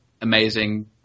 amazing